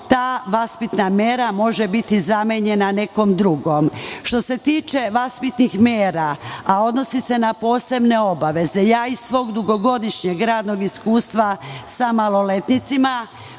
ta vaspitna mera može biti zamenjena nekom drugom. Što se tiče vaspitnih mera, a odnosi se na posebne obaveze, iz svog dugogodišnjeg radnog iskustva sa maloletnicima